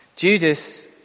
Judas